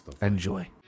Enjoy